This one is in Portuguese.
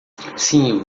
sim